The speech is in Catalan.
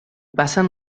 passen